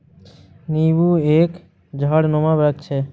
नींबू एक झाड़नुमा वृक्ष है